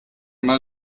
mal